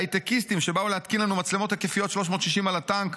הייטקיסטים שבאו להתקין לנו מצלמות היקפיות 360 על הטנק,